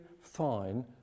fine